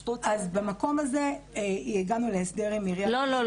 אני רוצה --- במקום הזה הגענו להסדר עם עיריית באר שבע --- לא,